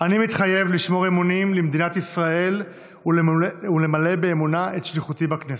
אני מתחייב לשמור אמונים למדינת ישראל ולמלא באמונה את שליחותי בכנסת.